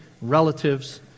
relatives